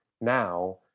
now